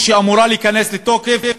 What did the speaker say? שאמורה להיכנס לתוקף,